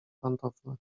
pantofle